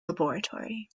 laboratory